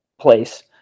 place